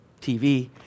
TV